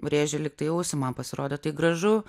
rėžė lygtai ausį man pasirodė tai gražu